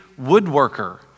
woodworker